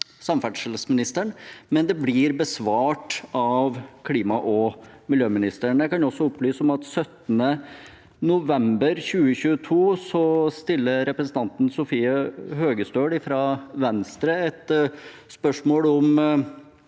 samferdselsministeren, men det ble besvart av klima- og miljøministeren. Jeg kan også opplyse om at 17. november 2022 stilte representanten Sofie Høgestøl fra Venstre et spørsmål om